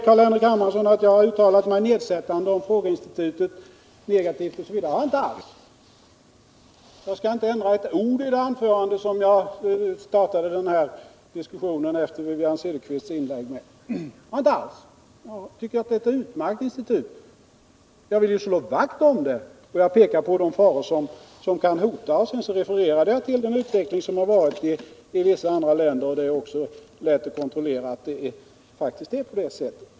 Hermansson påstår vidare att jag uttalat mig nedsättande om frågeinstitutet. Det har jag inte alls. Jag skall inte ändra ett ord i det anförande som jag startade diskussionen med efter Wivi-Anne Cederqvists inlägg. Jag tycker att det är ett utmärkt institut och vill slå vakt om det. Jag har pekat på de faror som hotar och refererat till utvecklingen i vissa andra länder. Det är lätt att kontrollera att det faktiskt är på det sättet.